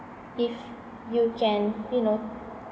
if you can you know